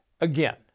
Again